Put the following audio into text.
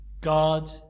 God